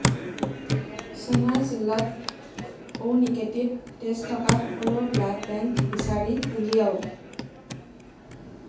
চেন্নাই জিলাত O negative তেজ থকা সকলো ব্লাড বেংক বিচাৰি উলিয়াওক